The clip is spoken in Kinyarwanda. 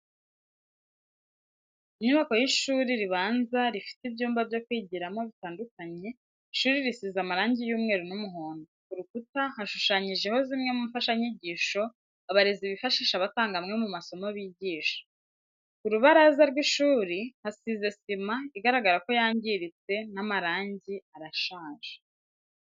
Inyubako y'ishuri ribanza rifite ibyumba byo kwigiramo bitandukanye ishuri risize amarangi y'umweru n'umuhondo, ku rukuta hashushanyijeho zimwe mu mfashanyigisho abarezi bifashisha batanga amwe mu masomo bigisha. Ku rubaraza rw'ishuri hasize sima igaragara ko yangiritse n'amarangi arashaje.